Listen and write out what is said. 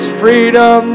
freedom